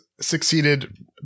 succeeded